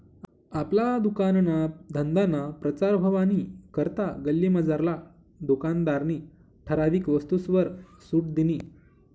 आपला दुकानना धंदाना प्रचार व्हवानी करता गल्लीमझारला दुकानदारनी ठराविक वस्तूसवर सुट दिनी